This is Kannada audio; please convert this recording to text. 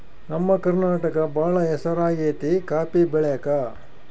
ನಮ್ಮ ಕರ್ನಾಟಕ ಬಾಳ ಹೆಸರಾಗೆತೆ ಕಾಪಿ ಬೆಳೆಕ